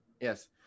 Yes